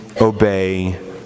obey